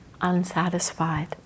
unsatisfied